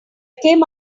came